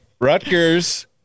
Rutgers